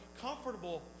comfortable